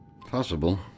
Possible